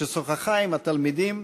ששוחחה עם התלמידים,